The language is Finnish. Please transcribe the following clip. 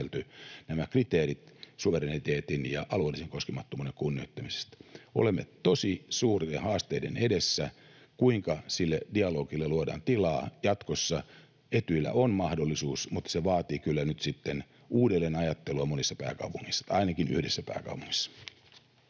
nämä kriteerit suvereniteetin ja alueellisen koskemattomuuden kunnioittamisesta. Olemme tosi suurien haasteiden edessä, kuinka sille dialogille luodaan tilaa jatkossa. Etyjillä on mahdollisuus, mutta se vaatii kyllä nyt sitten uudelleenajattelua monissa pääkaupungeissa — ainakin yhdessä pääkaupungissa.